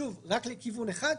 שוב רק לכיוון אחד,